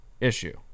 issue